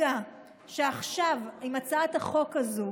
עם הצעת החוק הזו